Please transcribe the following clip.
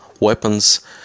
weapons